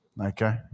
Okay